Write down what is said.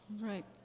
right